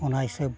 ᱚᱱᱟ ᱦᱤᱥᱟᱹᱵᱽ